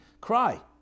cry